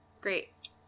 Great